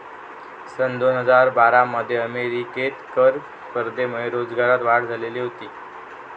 सन दोन हजार बारा मध्ये अमेरिकेत कर स्पर्धेमुळे रोजगारात वाढ झालेली होती